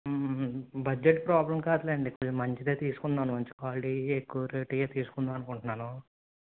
budget problem కాదు లేండి మంచిది తీసుకుందాం అని మంచి క్వాలిటీ ఎక్కువ రేట్ తీసుకొందాం అనుకుంటున్నాం